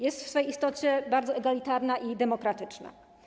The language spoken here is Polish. Jest w swej istocie bardzo egalitarna i demokratyczna.